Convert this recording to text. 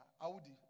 Audi